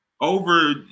over